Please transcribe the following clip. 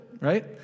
right